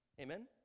Amen